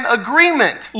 agreement